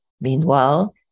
Meanwhile